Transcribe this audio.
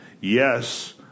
yes